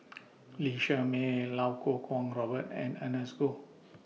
Lee Shermay Iau Kuo Kwong Robert and Ernest Goh